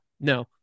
no